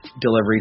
delivery